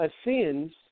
ascends